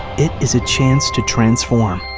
it is a chance to transform.